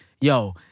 yo